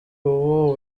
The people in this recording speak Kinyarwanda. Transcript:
ubu